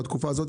בתקופה הזאת,